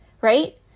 right